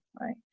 right